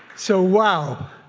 so wow.